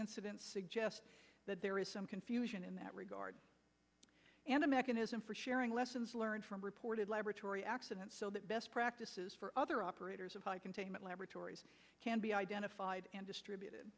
incidents suggest that there is some confusion in that regard and a mechanism for sharing lessons learned from reported laboratory accidents so that best practices for other operators of high containment laboratories can be identified and distributed